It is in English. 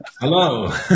Hello